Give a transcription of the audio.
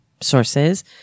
sources